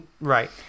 right